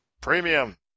Premium